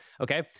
okay